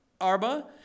Arba